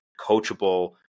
coachable